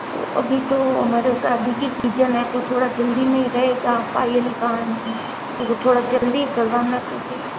तो अभी तो हमारे शादी के सीजन है तो थोड़ा जल्दी में रहेगा पायल कान थोड़ा जल्दी करवाना तो फिर